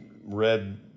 red